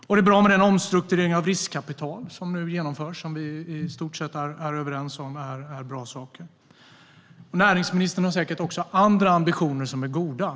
Och det är bra med den omstrukturering av riskkapital som nu genomförs. Vi är i stort sett överens om att det är bra saker. Näringsministern har säkert också andra ambitioner som är goda.